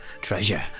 Treasure